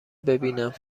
ببینم